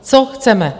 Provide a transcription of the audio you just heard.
Co chceme?